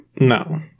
No